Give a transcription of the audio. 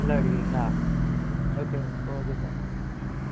ஃபுல்லாக அடிக்கிறீங்களா okay okay sir ம்